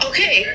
Okay